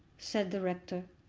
said the rector.